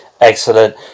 Excellent